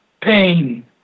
pain